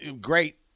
great